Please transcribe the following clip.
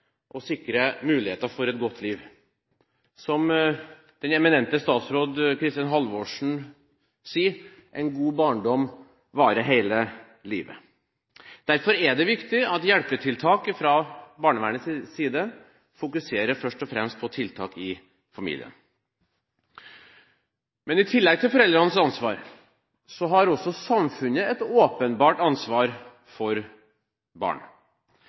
å sikre en god utvikling, frihet og muligheten for et godt liv. Som den eminente statsråd Kristin Halvorsen sier: En god barndom varer hele livet. Derfor er det viktig at hjelpetiltak fra barnevernets side først og fremst rettes mot tiltak i familien. I tillegg til foreldrenes ansvar har også samfunnet et åpenbart ansvar for barn.